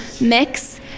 mix